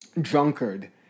drunkard